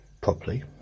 properly